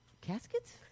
caskets